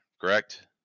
Correct